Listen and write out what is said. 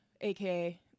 aka